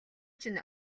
чинь